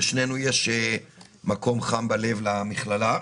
ולשנינו יש מקום חם בלב למכללה.